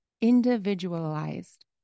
individualized